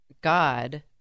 God